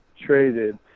traded